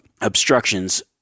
obstructions